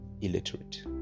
illiterate